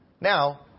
Now